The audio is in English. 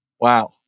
Wow